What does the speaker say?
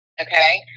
Okay